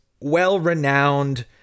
well-renowned